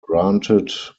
granted